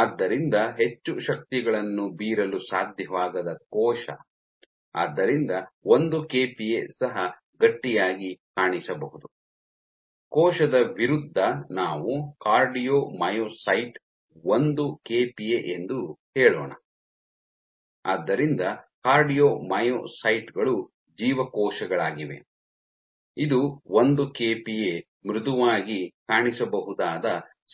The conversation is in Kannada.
ಆದ್ದರಿಂದ ಹೆಚ್ಚು ಶಕ್ತಿಗಳನ್ನು ಬೀರಲು ಸಾಧ್ಯವಾಗದ ಕೋಶ ಆದ್ದರಿಂದ ಒಂದು ಕೆಪಿಎ ಸಹ ಗಟ್ಟಿಯಾಗಿ ಕಾಣಿಸಬಹುದು ಕೋಶದ ವಿರುದ್ಧ ನಾವು ಕಾರ್ಡಿಯೊಮೈಕೋಸೈಟ್ ಒಂದು ಕೆಪಿಎ ಎಂದು ಹೇಳೋಣ ಆದ್ದರಿಂದ ಕಾರ್ಡಿಯೋ ಮಯೋಸೈಟ್ ಗಳು ಜೀವಕೋಶಗಳಾಗಿವೆ ಇದು ಒಂದು ಕೆಪಿಎ ಮೃದುವಾಗಿ ಕಾಣಿಸಬಹುದಾದ